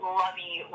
lovey